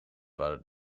waren